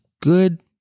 good